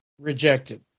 rejected